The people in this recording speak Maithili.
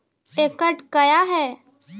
एकड कया हैं?